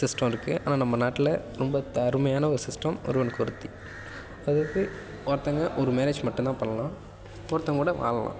system இருக்கு ஆனால் நம்ம நாட்டில் ரொம்ப த அருமையான ஒரு சிஸ்டம் ஒருவனுக்கு ஒருத்தி அதுக்கு ஒருத்தவங்க ஒரு மேரேஜ் மட்டும் தான் பண்ணலாம் ஒருத்தவங்க கூட வாழலாம்